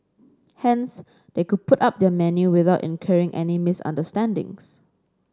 hence they could put up their menu without incurring any misunderstandings